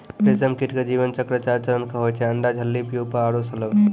रेशम कीट के जीवन चक्र चार चरण के होय छै अंडा, इल्ली, प्यूपा आरो शलभ